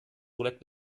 roulette